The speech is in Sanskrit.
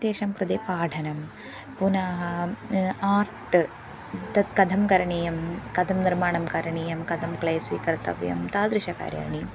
तेषां कृते पाठनं पुनः आर्ट् तद्कथं करणीयं कथं निर्माणं करणीयं कथं क्ले स्विकर्तव्यं तादृशकार्याणि